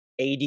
AD